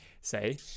say